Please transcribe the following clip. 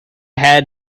had